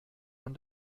man